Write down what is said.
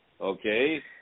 Okay